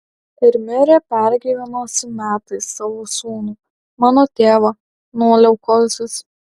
ir mirė pergyvenusi metais savo sūnų mano tėvą nuo leukozės